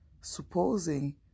supposing